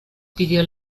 pidió